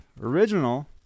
original